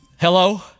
Hello